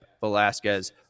Velasquez